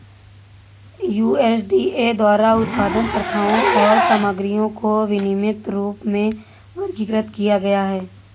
USDA द्वारा उत्पादन प्रथाओं और सामग्रियों को विनियमित रूप में वर्गीकृत किया गया है